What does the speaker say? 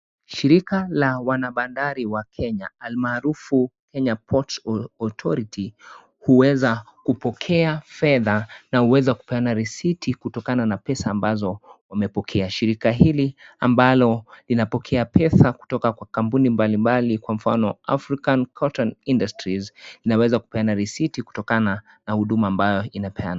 Shirika la wanabandari wa Kenya almarufu Kenya Ports Authority hueza kupokea fedha na hueza kupeana risiti kutokana na pesa ambazo wamepokea. Shirika hili ambalo linapokea pesa kutoka kwa kampuni mbali mbali kwa mfano African Cotton Industries inaweza kupeana risiti kutokana na huduma ambayo inapeana.